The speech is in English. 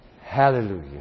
Hallelujah